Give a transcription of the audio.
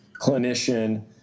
clinician